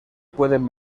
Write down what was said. pueden